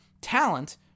talent